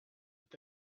with